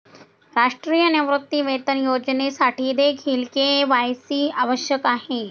राष्ट्रीय निवृत्तीवेतन योजनेसाठीदेखील के.वाय.सी आवश्यक आहे